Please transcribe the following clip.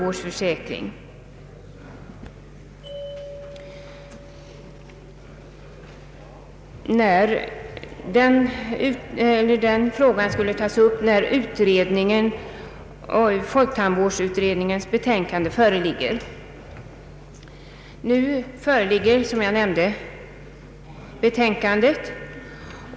jordbrukspolitiken tandvårdsförsäkring. Den frågan skulle tas upp när folktandvårdsutredningens betänkande förelåg. Nu föreligger, som jag nämnde, betänkandet.